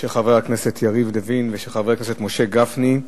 של חבר הכנסת יריב לוין ושל חבר הכנסת משה גפני,